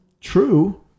true